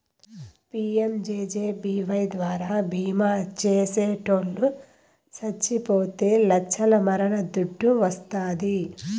PMJJBY ద్వారా బీమా చేసిటోట్లు సచ్చిపోతే లచ్చల మరణ దుడ్డు వస్తాది